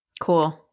Cool